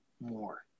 more